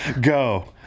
Go